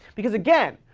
because again,